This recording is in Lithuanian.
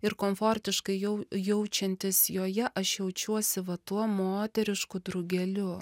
ir komfortiškai jau jaučiantis joje aš jaučiuosi va tuo moterišku drugeliu